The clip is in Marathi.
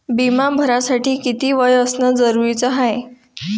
बिमा भरासाठी किती वय असनं जरुरीच हाय?